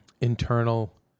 internal